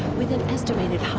with an estimated